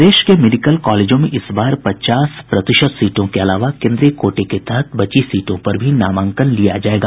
प्रदेश के मेडिकल कॉलेजों में इस बार पचास प्रतिशत सीटों के अलावा केन्द्रीय कोटे के तहत बची सीटों पर भी नामांकन लिया जायेगा